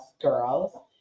girls